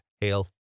hail